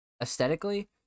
aesthetically